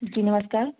जी नमस्कार